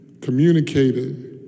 communicated